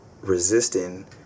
resisting